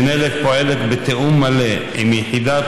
המינהלת פועלת בתיאום מלא עם יחידת